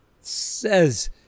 says